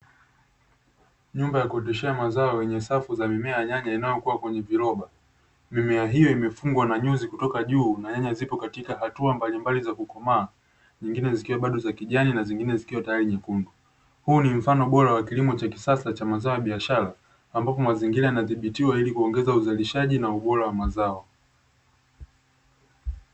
Nyumba ya kuoteshea mazao kwenye safu za mimea ya nyanya inayokuwa kwenye viroba. Mimea hiyo imefungwa na nyuzi kutoka juu, na nyanya zipo katika hatua mbalimbali za kukomaa nyingine zikiwa bado za kijani na zingine zikiwa tayari nyekundu. Huu ni mfano bora wa kilimo cha kisasa cha mazao ya biashara, ambapo mazingira yanadhibitiwa ili kuongeza uzalishaji na ubora wa mazao.